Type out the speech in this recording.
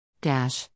Dash